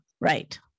right